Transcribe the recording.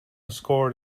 scored